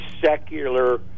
secular